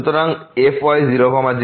সুতরাং fy0 0কি